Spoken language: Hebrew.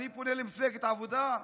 אני פונה למפלגת העבודה.